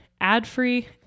ad-free